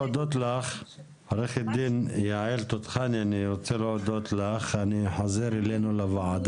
עו"ד יעל תותחני, אני רוצה להודות לך כי